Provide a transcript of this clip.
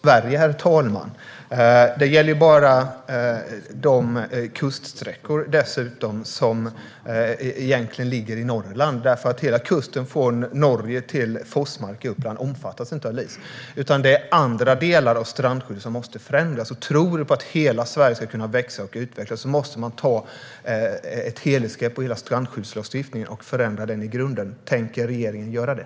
Herr talman! LIS gäller bara vissa delar av Sverige. De berörda kuststräckorna finns bara i Norrland. Hela kusten från Norge till Forsmark i Uppland omfattas inte av LIS. Det är andra delar av strandskyddet som måste förändras. Tror man på att hela Sverige ska kunna växa och utvecklas måste man ta ett helhetsgrepp på hela strandskyddslagstiftningen och förändra den i grunden. Tänker regeringen göra det?